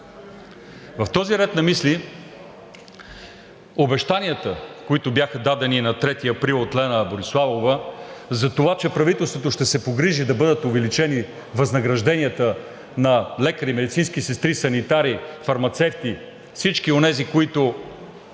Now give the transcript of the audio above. В този ред на мисли обещанията, които бяха дадени на 3 април от Лена Бориславова, за това, че правителството ще се погрижи да бъдат увеличени възнагражденията на лекари, медицински сестри, санитари, фармацевти – всички онези, които